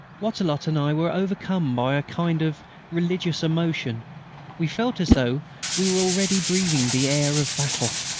wattrelot and i were overcome by a kind of religious emotion we felt as though we were already breathing the air of battle.